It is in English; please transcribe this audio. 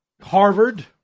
Harvard